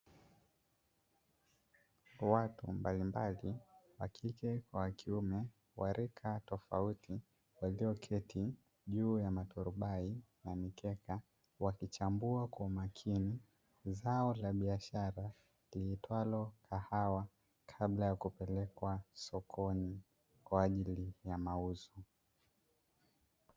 Watu mbalimbali wakike kwa wakiume wa rika tofauti walioketi juu ya maturubai na mikeka, wakichambua kwa umakini zao la biashara liitwalo kahawa kabla ya kupelekwa sokoni kwa ajili ya mauzo.